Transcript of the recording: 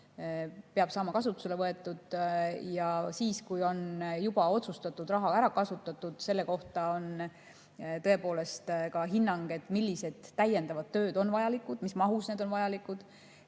peab saama kasutusele võetud, ja siis, kui juba otsustatud raha on ära kasutatud, selle kohta on tõepoolest ka hinnang, millised täiendavad tööd on vajalikud, mis mahus need on vajalikud,